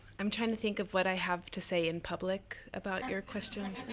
i'm trying to think of what i have to say in public about your question.